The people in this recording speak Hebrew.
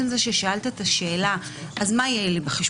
עצם זה ששאלת את השאלה: אז מה יהיה לי בחשבון?